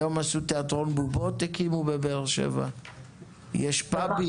היום הקימו בבאר שבע תיאטרון בובות, יש פאבים.